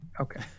Okay